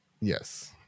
yes